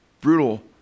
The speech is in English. brutal